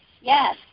yes